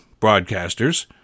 broadcasters